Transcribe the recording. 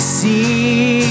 see